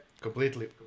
completely